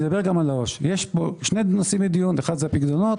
יש שני נושאים לדיון אחד זה הפיקדונות,